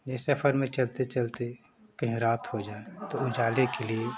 जैसे सफ़र में चलते चलते कहीं रात हो जाए तो उजाले के लिए